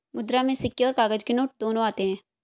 मुद्रा में सिक्के और काग़ज़ के नोट दोनों आते हैं